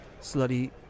Slutty